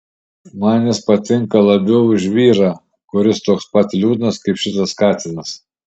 man jis patinka labiau už vyrą kuris toks pat liūdnas kaip šitas katinas